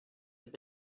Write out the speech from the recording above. have